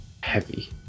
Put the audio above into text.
heavy